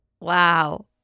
Wow